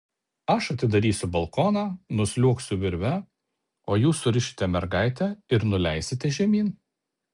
aš atidarysiu balkoną nusliuogsiu virve o jūs surišite mergaitę ir nuleisite žemyn